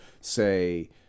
say